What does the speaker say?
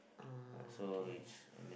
ah okay yeah yeah yeah